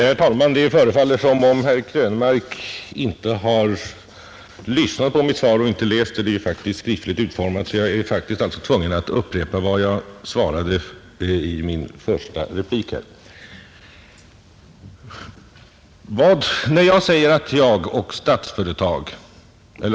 Herr talman! Det förefaller som om herr Krönmark inte har lyssnat på mitt svar och inte heller har läst det — ehuru ju möjlighet härtill faktiskt föreligger. Jag är alltså tvungen att upprepa vad jag sade i mitt första anförande.